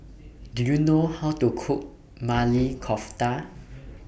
Do YOU know How to Cook Maili Kofta